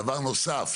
דבר נוסף,